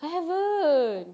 I haven't